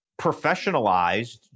professionalized